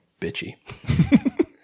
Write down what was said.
bitchy